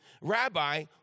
Rabbi